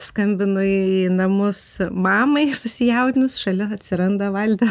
skambinu į namus mamai susijaudinus šalia atsiranda valdas